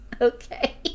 okay